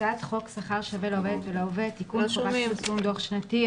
"הצעת חוק שכר שווה לעובדת ולעובד (תיקון חובת פרסום דוח שנתי),